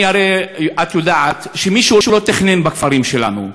את יודעת שמישהו לא תכנן בכפרים שלנו,